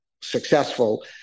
successful